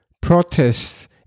protests